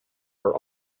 are